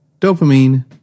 Dopamine